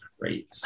great